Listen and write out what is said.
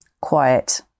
quiet